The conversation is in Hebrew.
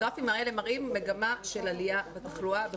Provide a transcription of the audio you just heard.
הגרפים האלה מראים מגמה של עלייה בתחלואה.